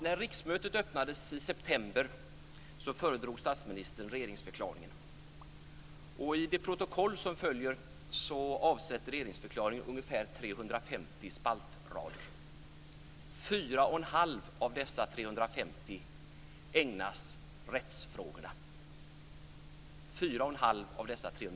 När riksmötet öppnades i september föredrog statsministern regeringsförklaringen, och i det protokoll där den redovisades tog den i anspråk ungefär 350 spaltrader. 4 1⁄2 av dessa 350 ägnades åt rättsfrågorna.